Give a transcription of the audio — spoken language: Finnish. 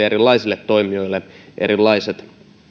erilaisille toimijoille erilaiset